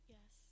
Yes